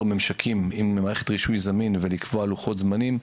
ממשקים עם מערכת רישוי זמין ולקבוע לוחות זמנים.